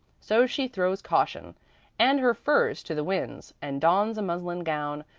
so she throws caution and her furs to the winds and dons a muslin gown,